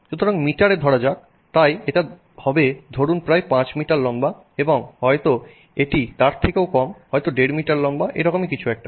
সুতরাং মিটারে ধরা যাক তাই এটা হবে ধরুন প্রায় 5 মিটার লম্বা এবং হয়তো এটি তার থেকেও কম হয়তো 15 মিটার লম্বা এ রকমই কিছু একটা